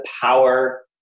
power